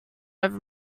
over